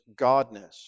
godness